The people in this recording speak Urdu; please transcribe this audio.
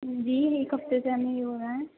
جی جی ایک ہفتے سے ہمیں یہ ہو رہا ہے